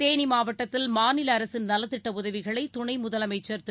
தேனி மாவட்டத்தில் மாநில அரசின் நலத்திட்ட உதவிகளை துணை முதலமைச்சர் திரு